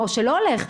או שלא הולך.